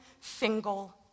single